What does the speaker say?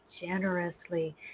generously